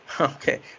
Okay